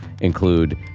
include